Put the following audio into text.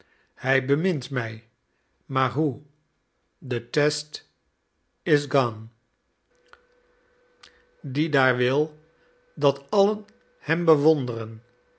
hij bemint mij maar hoe the zest is gone die daar wil dat allen hem bewonderen